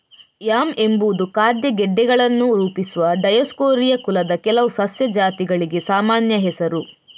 yam ಎಂಬುದು ಖಾದ್ಯ ಗೆಡ್ಡೆಗಳನ್ನು ರೂಪಿಸುವ ಡಯೋಸ್ಕೋರಿಯಾ ಕುಲದ ಕೆಲವು ಸಸ್ಯ ಜಾತಿಗಳಿಗೆ ಸಾಮಾನ್ಯ ಹೆಸರು